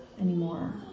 anymore